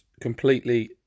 completely